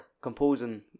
composing